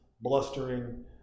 blustering